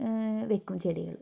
വെക്കും ചെടികൾ